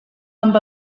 amb